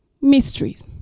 mysteries